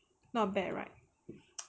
not bad right